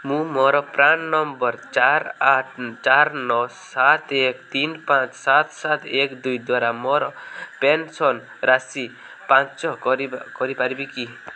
ମୁଁ ମୋର PRAN number ଚାରି ଆଠ ଚାରି ନଅ ସାତ ଏକ ତିନି ପାଞ୍ଚ ସାତ ସାତ ଏକ ଦୁଇ ଦ୍ଵାରା ମୋର ପେନ୍ସନ୍ ରାଶି ପାଞ୍ଚ କରିପାରିବି କି